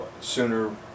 sooner